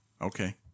Okay